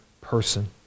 person